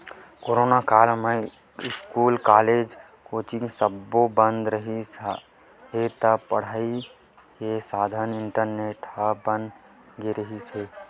corona काल म school, college, coaching सब्बो बंद रिहिस हे त पड़ई के साधन इंटरनेट ह बन गे रिहिस हे